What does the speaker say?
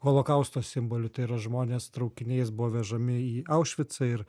holokausto simboliu tai yra žmonės traukiniais buvo vežami į aušvicą ir